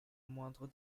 moindre